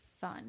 fun